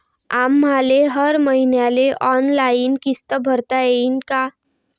आम्हाले हर मईन्याले ऑनलाईन किस्त भरता येईन का?